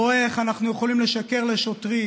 רואה איך אנחנו יכולים לשקר לשוטרים,